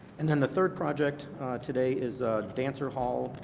and then the third project today is dancer hall.